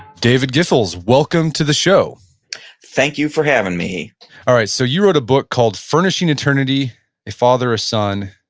david giffels, welcome to the show thank you for having me all right. so you wrote a book called furnishing eternity a father, a son,